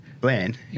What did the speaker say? bland